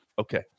Okay